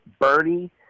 Bernie